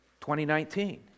2019